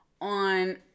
On